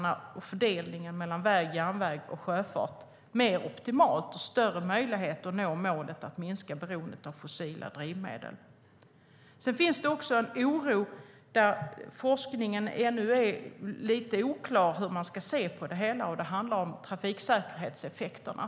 De ger en mer optimal fördelning mellan väg, järnväg och sjöfart samt större möjligheter att nå målet att minska beroendet av fossila drivmedel. Sedan finns det också en oro där forskningen ännu är lite oklar om hur man ska se på det hela. Det handlar om trafiksäkerhetseffekterna.